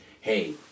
hey